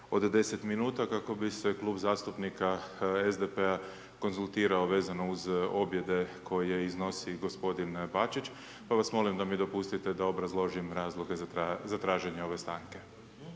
od 10 minuta kako bi se Klub zastupnika SDP-a konzultirao vezano uz objede koje iznosi gospodin Bačić pa vas molim da mi dopustite da obrazložim razloge za traženje ove stanke.